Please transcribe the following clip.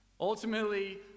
ultimately